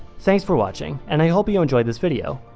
thanks for watching and i hope you enjoyed this video.